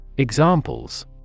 Examples